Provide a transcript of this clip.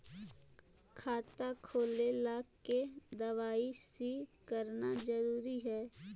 खाता खोले ला के दवाई सी करना जरूरी है?